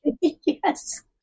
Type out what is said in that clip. Yes